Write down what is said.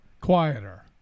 quieter